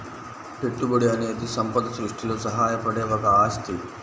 పెట్టుబడి అనేది సంపద సృష్టిలో సహాయపడే ఒక ఆస్తి